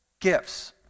gifts